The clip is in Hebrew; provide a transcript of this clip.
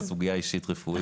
איזה סוגיה אישית רפואית.